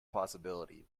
possibility